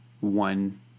one